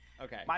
Okay